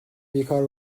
بیکار